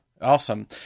Awesome